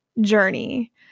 journey